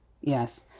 Yes